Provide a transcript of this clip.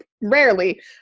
rarely